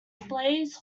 displays